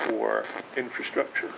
for infrastructure